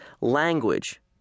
language